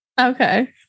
okay